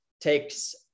takes